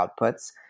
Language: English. outputs